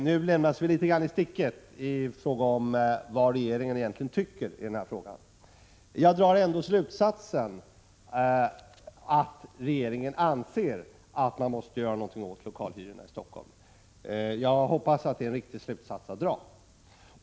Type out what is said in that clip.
Nu lämnas vi litet grand i sticket — vi får inte veta vad regeringen egentligen tycker i den här frågan. Jag drar ändå slutsatsen att regeringen anser att man måste göra någonting åt lokalhyrorna i Stockholm, och jag hoppas att det är en riktig slutsats.